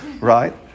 right